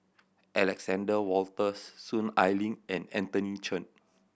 Alexander Wolters Soon Ai Ling and Anthony Chen